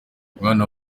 bwana